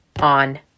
on